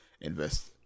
invest